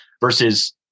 versus